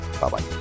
Bye-bye